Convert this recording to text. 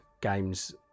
games